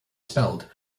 spelled